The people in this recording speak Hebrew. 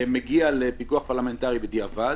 ומגיע לפיקוח פרלמנטרי בדיעבד,